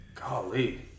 Golly